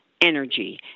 energy